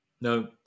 No